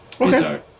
Okay